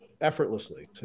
Effortlessly